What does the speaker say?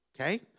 okay